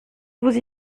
vous